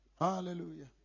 Hallelujah